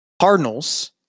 Cardinals